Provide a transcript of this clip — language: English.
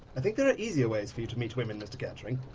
i think there are easier ways for you to meet women, mr kettering,